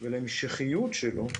ולהמשכיות שלו,